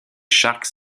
sharks